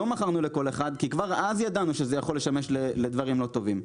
לא מכרנו לכל אחד כי כבר אז ידענו שזה יכול לשמש לדברים לא טובים.